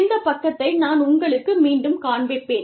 இந்த பக்கத்தை நான் உங்களுக்கு மீண்டும் காண்பிப்பேன்